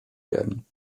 werden